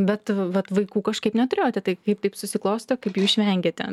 bet vat vaikų kažkaip neturėjote taip kaip taip susiklostė kaip jų išvengėte